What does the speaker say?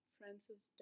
Francis